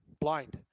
blind